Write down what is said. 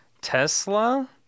Tesla